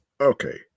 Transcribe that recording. okay